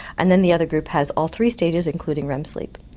and then the other group has all three stages including rem sleep.